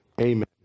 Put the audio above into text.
Amen